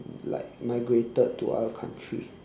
like migrated to other country